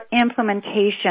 implementation